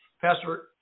Pastor